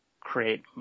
create